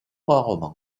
rarement